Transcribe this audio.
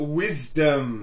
wisdom